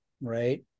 right